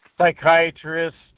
psychiatrists